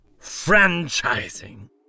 Franchising